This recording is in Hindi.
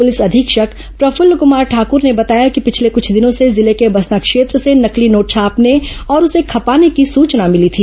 प्रलिस अधीक्षक प्रफूल्ल कुमार ठाकुर ने बताया कि पिछले कुछ दिनों से जिले के बसना क्षेत्र से नकली नोट छापने और उसे खपाने की सूचना मिली थी